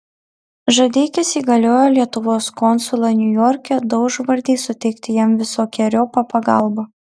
žadeikis įgaliojo lietuvos konsulą niujorke daužvardį suteikti jam visokeriopą pagalbą